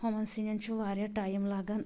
ہوٚمَن سِنیٚن چھُ واریاہ ٹایم لَگان